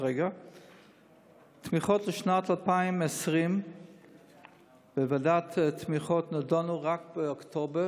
תמיכות לשנת 2020 בוועדת התמיכות נדונו רק באוקטובר,